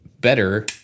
better